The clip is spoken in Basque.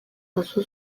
jaso